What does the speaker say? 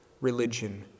religion